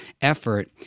effort